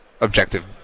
objective